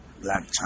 Black